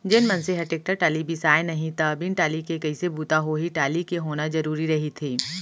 जेन मनसे ह टेक्टर टाली बिसाय नहि त बिन टाली के कइसे बूता होही टाली के होना जरुरी रहिथे